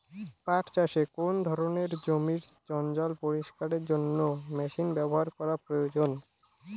পাট চাষে কোন ধরনের জমির জঞ্জাল পরিষ্কারের জন্য মেশিন ব্যবহার করা প্রয়োজন?